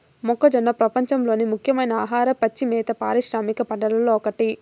మొక్కజొన్న ప్రపంచంలోని ముఖ్యమైన ఆహార, పచ్చి మేత పారిశ్రామిక పంటలలో ఒకటి